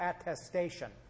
attestation